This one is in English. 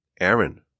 Aaron